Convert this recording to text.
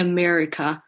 America